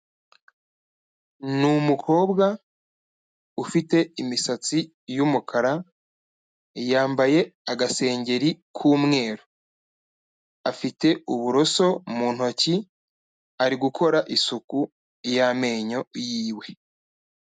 Ni umukobwa ufite imisatsi y'umukara, yambaye agasengeri k'umweru, afite uburoso mu ntoki, ari gukora isuku y'amenyo yiwe.